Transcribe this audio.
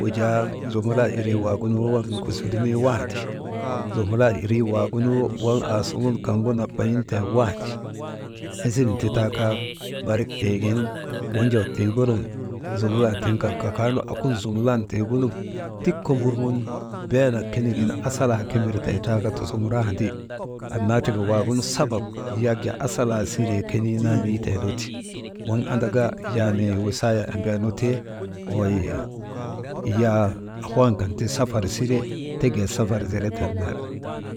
wujaa zumulan irii waŋgu waŋ nokosir nu wandi, zumulan irii waagunu waŋ aasuŋun kaŋgu nabayin tee wandi, hesim ti taa kaa, barik tiigin wonjoo tiigunun zumula tiŋ kan kakaanu akun zumulan tiigunu tik komborŋun Beenak kenigin asalaa kimbirtee taa kaa tusuŋurandi, annnaa tika wagunu sabab asalaa siree kenii naa niitenu ti, waŋ andaka yaanii wisaayaa embeenu ti, wey yaa ahuwan kan ti safar sire, teket safar zireten ner.